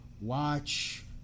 Watch